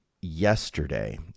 yesterday